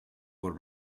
were